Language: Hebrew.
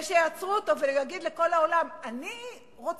שיעצרו אותו והוא יגיד לכל העולם: אני רוצה,